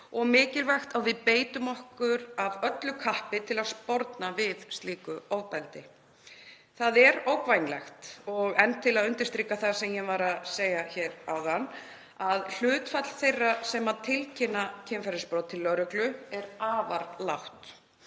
og mikilvægt að við beitum okkur af öllu kappi til að sporna við slíku ofbeldi. Það er ógnvænlegt, og enn til að undirstrika það sem ég var að segja hér áðan, að hlutfall þeirra sem tilkynna kynferðisbrot til lögreglu er afar lágt.